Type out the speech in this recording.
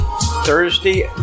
Thursday